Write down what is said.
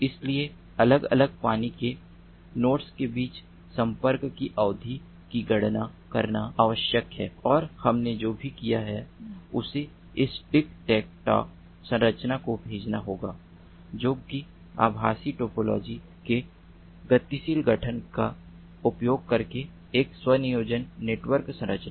इसलिए अलग अलग पानी के नोड्स के बीच संपर्क की अवधि की गणना करना आवश्यक है और हमने जो भी किया है हमें इस टिक टेक टॉ संरचना को भेजना होगा जो कि आभासी टोपोलॉजी के गतिशील गठन का उपयोग करके एक स्वआयोजन नेटवर्क संरचना है